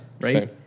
right